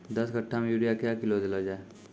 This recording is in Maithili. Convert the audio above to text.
दस कट्ठा मे यूरिया क्या किलो देलो जाय?